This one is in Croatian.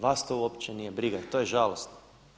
Vas to uopće nije briga, to je žalosno.